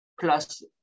plus